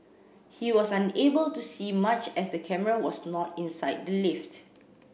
he was unable to see much as the camera was not inside the lift